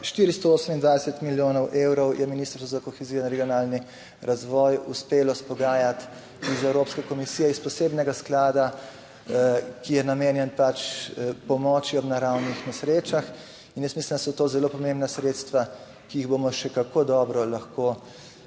428 milijonov evrov je Ministrstvo za kohezijo in regionalni razvoj uspelo izpogajati iz Evropske komisije iz posebnega sklada, ki je namenjen pač pomoči ob naravnih nesrečah in jaz mislim, da so to zelo pomembna sredstva, ki jih bomo še kako dobro lahko